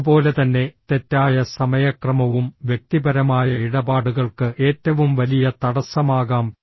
അതുപോലെ തന്നെ തെറ്റായ സമയക്രമവും വ്യക്തിപരമായ ഇടപാടുകൾക്ക് ഏറ്റവും വലിയ തടസ്സമാകാം